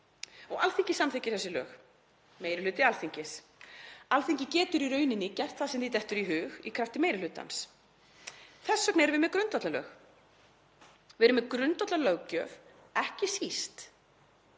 og Alþingi samþykkir þessi lög, meiri hluti Alþingis. Alþingi getur í rauninni gert það sem því dettur í hug í krafti meiri hlutans. Þess vegna erum við með grundvallarlög, við erum með grundvallarlöggjöf, ekki síst